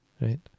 right